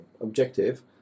objective